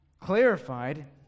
clarified